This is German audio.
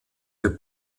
für